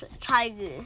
Tiger